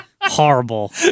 Horrible